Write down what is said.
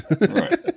right